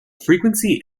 frequency